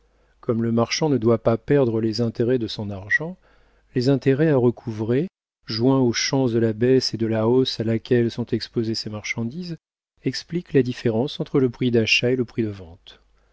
comme le marchand ne doit pas perdre les intérêts de son argent les intérêts à recouvrer joints aux chances de la baisse et de la hausse auxquelles sont exposées ces marchandises expliquent la différence entre le prix d'achat et le prix de vente